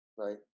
Right